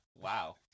Wow